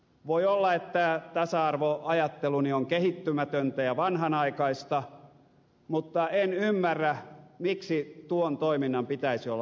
voi olla että tasa arvoajatteluni on kehittymätöntä ja vanhanaikaista mutta en ymmärrä miksi tuon toiminnan pitäisi olla laitonta